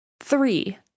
Three